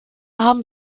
haben